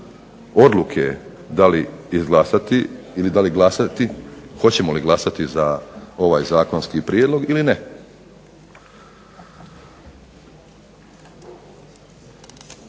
odluke da li izglasati ili da li glasati, hoćemo li glasati za ovaj zakonski prijedlog ili ne.